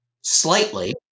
slightly